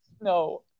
No